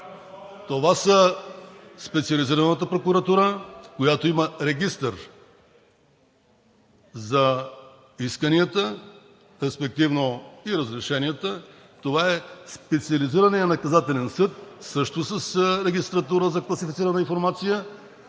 Това са Специализираната прокуратура, която има регистър за исканията, респективно и разрешенията, това е Специализираният наказателен съд – също с регистратура за класифицирана информация,